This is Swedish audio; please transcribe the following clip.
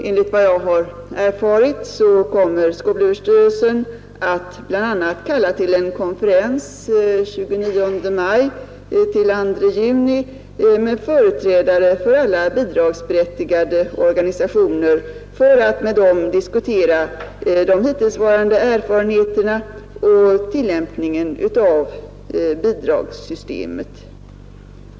Enligt vad jag har erfarit kommer skolöverstyrelsen bl.a. att kalla till en konferens under tiden 29 maj-2 juni med företrädare för alla bidragsberättigade organisationer för att med dem diskutera de hittillsvarande erfarenheterna och tillämpningen av bidragssystemet.